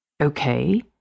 Okay